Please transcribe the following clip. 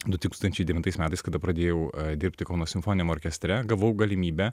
du tūkstančiai devintais metais kada pradėjau dirbti kauno simfoniniam orkestre gavau galimybę